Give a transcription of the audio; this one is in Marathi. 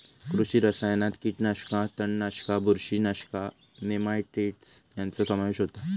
कृषी रसायनात कीटकनाशका, तणनाशका, बुरशीनाशका, नेमाटाइड्स ह्यांचो समावेश होता